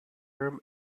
term